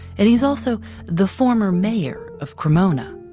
and he's also the former mayor of cremona.